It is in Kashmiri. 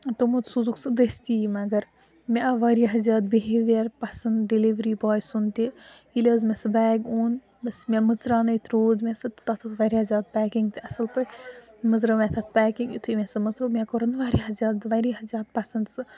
تمو سوٗزُکھ سُہ دٔستی مگر مےٚ آو واریاہ زیادٕ بِہیوییر پَسنٛد ڈیلِؤری باے سُنٛد تہِ ییٚلہِ حَظ مےٚ سُہ بیگ اوٚن بس مےٚ مٕژراوانے روٗد مےٚ سُہ تَتھ اوسس واریاہ زیادٕ پیکِنٛگ تہِ اَصٕل پٲٹھۍ مٔژرٲو مےٚ تَتھ پیکِنٛگ یُِتھُے مےٚ سُہ مٔژرو مےٚ کوٚرُن واریاہ زیادٕ واریاہ زیادٕ پَسنٛد سُہ